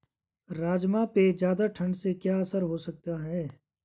राजमा पे ज़्यादा ठण्ड से क्या असर हो सकता है?